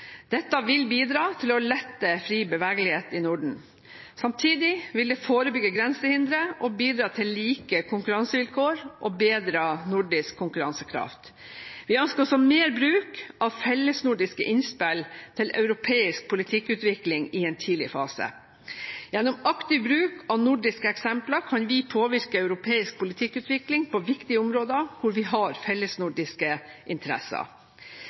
Dette vil bidra til å lette fri bevegelighet i Norden. Samtidig vil det forebygge grensehindre og bidra til like konkurransevilkår og bedret nordisk konkurransekraft. Vi ønsker også mer bruk av fellesnordiske innspill til europeisk politikkutvikling i en tidlig fase. Gjennom aktiv bruk av nordiske eksempler kan vi påvirke europeisk politikkutvikling på viktige områder hvor vi har fellesnordiske interesser.